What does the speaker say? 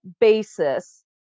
basis